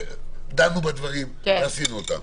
דנו בדברים ועשינו אותם.